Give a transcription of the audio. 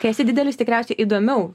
kai esi didelis tikriausiai įdomiau